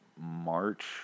March